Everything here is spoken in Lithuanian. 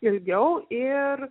ilgiau ir